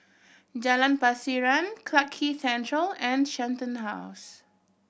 Jalan Pasiran Clarke Central and Shenton House